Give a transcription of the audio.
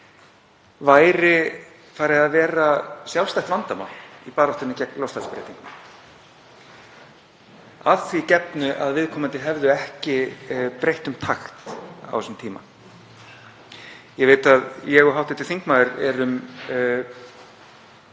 væri farið að verða sjálfstætt vandamál í baráttunni gegn loftslagsbreytingum, að því gefnu að viðkomandi hefði ekki breytt um takt á þessum tíma. Ég veit að ég og hv. þingmaður höfum